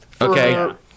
Okay